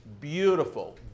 beautiful